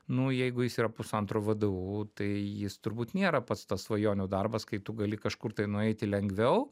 nu jeigu jis yra pusantro vdu tai jis turbūt nėra pats tas svajonių darbas kai tu gali kažkur tai nueiti lengviau